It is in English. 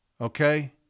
okay